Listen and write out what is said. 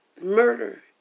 murder